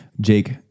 Jake